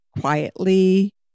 quietly